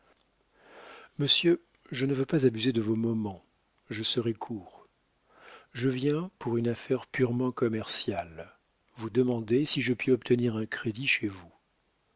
monsieur je ne veux pas abuser de vos moments je serai court je viens pour une affaire purement commerciale vous demander si je puis obtenir un crédit chez vous